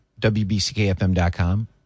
wbckfm.com